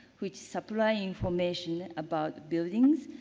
which supply information about buildings,